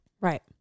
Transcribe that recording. Right